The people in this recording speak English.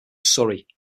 surrey